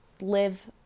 live